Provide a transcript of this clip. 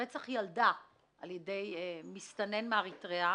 רצח ילדה על ידי מסתנן מאריתריאה.